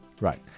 right